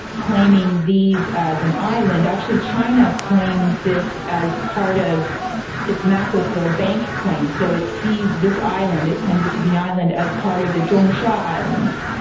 claiming these as an island, actually china claims this as part of its macclesfield bank claim, so it sees this island, it claims it to be an island as part of the zhongsha islands.